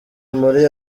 muri